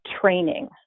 training